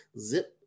zip